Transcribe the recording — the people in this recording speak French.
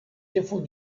défaut